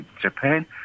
Japan